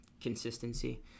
consistency